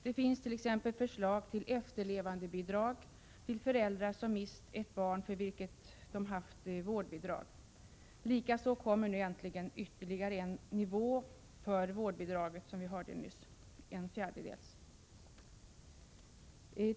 Det finns t.ex. förslag till efterlevandebidrag till föräldrar som mist ett barn för vilket de haft vårdbidrag. Likaså kommer nu äntligen, som vi hörde nyss, ytterligare en nivå för vårdbidraget, nämligen en fjärdedel.